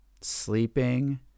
sleeping